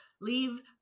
Leave